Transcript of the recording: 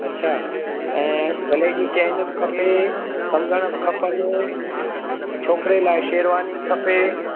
अच्छा ऐं गले जी चैन बि खपे कंगड़ खपनि ऐं छोकिरे लाइ शेरवानी खपे